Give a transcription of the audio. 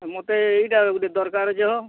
ମତେ ଇଟା ଗୁଟେ ଦରକାର୍ ଅଛେ ହୋ